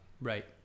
Right